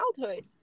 childhood